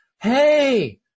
Hey